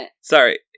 Sorry